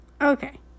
Okay